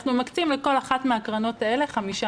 אנחנו מקצים לכל אחת מהקרנות האלה חמישה